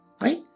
Right